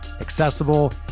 accessible